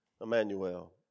Emmanuel